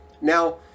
Now